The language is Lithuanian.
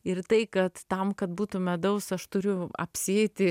ir tai kad tam kad būtų medaus aš turiu apsėti